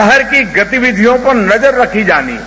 शहर की गतिविधियों को नजर रखी जानी है